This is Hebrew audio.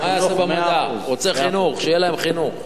רוצה חינוך, שיהיה להם חינוך.